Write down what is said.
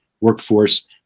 workforce